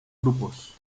grupos